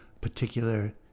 particular